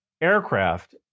aircraft